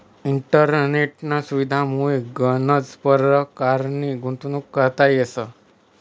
इंटरनेटना सुविधामुये गनच परकारनी गुंतवणूक करता येस